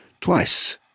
twice